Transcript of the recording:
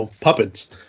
puppets